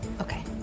Okay